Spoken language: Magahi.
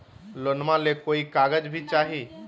लोनमा ले कोई कागज भी चाही?